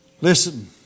Listen